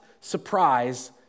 surprise